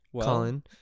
Colin